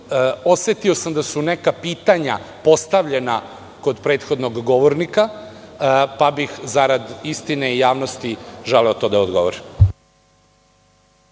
Osetio sam da su neka pitanja postavljena kod prethodnog govornika, pa bih zarad istine i javnosti želeo to da odgovorim.